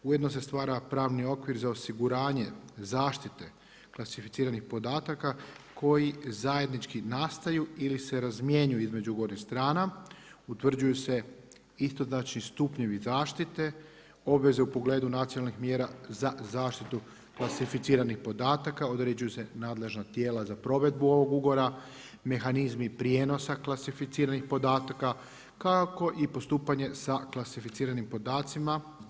Ujedno se stvara pravni okvir za osiguranje zaštite klasificiranih podataka koji zajednički nastaju ili se razmjenjuju između ugovornih strana, utvrđuju isto znači stupnjevi zaštite obveze u pogledu nacionalnih mjera za zaštitu klasificiranih podataka određuju se nadležna tijela za provedbu ovog ugovora, mehanizmi prijenosa klasificiranih podataka, kako i postupanje sa klasificiranim podacima.